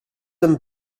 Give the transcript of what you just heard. and